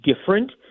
different